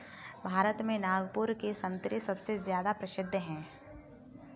भारत में नागपुर के संतरे सबसे ज्यादा प्रसिद्ध हैं